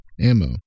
ammo